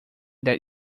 that